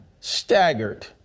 staggered